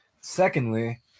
secondly